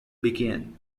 begin